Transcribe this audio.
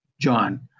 John